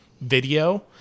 video